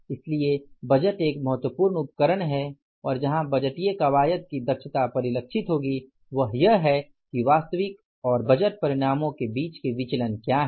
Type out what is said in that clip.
इसीलिए बजट एक महत्वपूर्ण उपकरण है और जहाँ बजटीय कवायद की दक्षता परिलक्षित होगी वह यह है कि वास्तविक और बजट परिणामों के बीच के विचलन क्या हैं